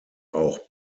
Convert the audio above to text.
auch